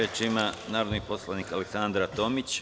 Reč ima narodni poslanik Aleksandra Tomić.